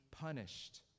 punished